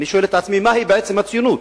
שואל את עצמי מהי בעצם הציונות.